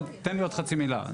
לפני, תן לי עוד חצי מילה.